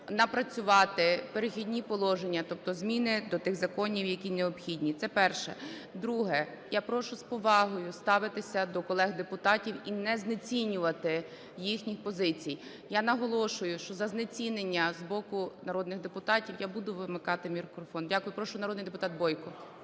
напрацювати "Перехідні положення", тобто зміни до тих законів, які необхідні. Це перше. Друге. Я прошу з повагою ставитися до колег-депутатів і не знецінювати їхніх позицій. Я наголошую, що за знецінення з боку народних депутатів я буду вимикати мікрофон. Дякую. Прошу народний депутат Бойко.